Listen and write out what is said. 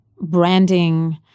branding